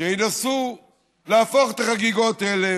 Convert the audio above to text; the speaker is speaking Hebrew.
שינסו להפוך את החגיגות האלה,